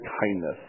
kindness